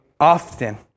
often